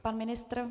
Pan ministr?